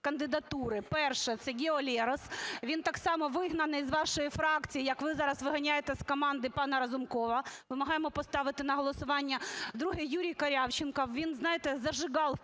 кандидатури. Перша – це Гео Лерос. Він так само вигнаний з вашої фракції, як ви зараз виганяєте з команди пана Разумкова, вимагаємо поставити на голосування. Друге. Юрій Корявченков, він, знаєте, зажигал